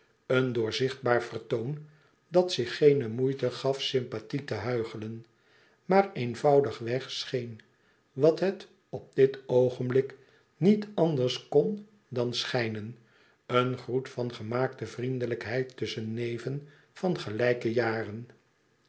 een doorzichtbaar vertoon dat zich geene moeite gaf sympathie te huichelen maar eenvoudig-weg scheen wat het op dit oogenblik niet anders kon dan schijnen een groet van gemaakte vriendelijkheid tusschen neven van gelijke jaren